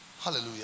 Hallelujah